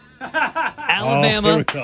Alabama